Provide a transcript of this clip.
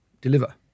deliver